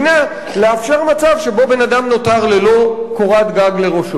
לאפשר מצב שבו בן-אדם נותר ללא קורת-גג לראשו.